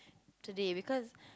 today because